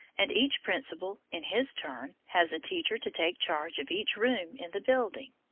and each principal, in his turn, has a teacher to take charge of each room in the building.